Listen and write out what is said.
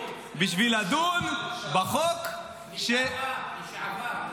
בשביל לדון בחוק --- לשעבר.